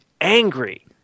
angry